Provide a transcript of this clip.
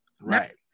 right